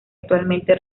actualmente